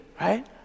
Right